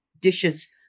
dishes